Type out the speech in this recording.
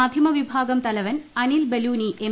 മാധ്യമ വിഭാഗം തലവൻ അനിൽ ബലൂനി എം